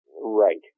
Right